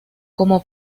como